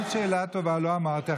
שאלת שאלה טובה, לא אמרתי.